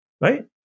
Right